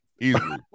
easily